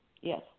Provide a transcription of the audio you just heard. Yes